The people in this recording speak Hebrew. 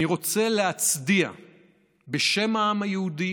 אני רוצה להצדיע בשם העם היהודי